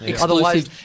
otherwise